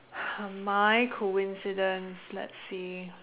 my coincidence let's see